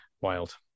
wild